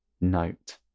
note